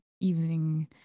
evening